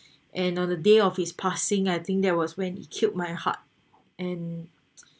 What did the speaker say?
and on the day of his passing I think that was when it killed my heart and